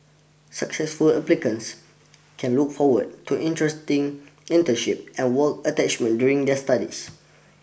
successful applicants can look forward to interesting internship and work attachment during their studies